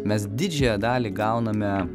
mes didžiąją dalį gauname